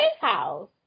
house